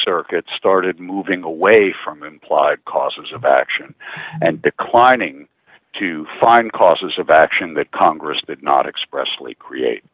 circuit started moving away from implied causes of action and declining to find causes of action that congress did not expressly create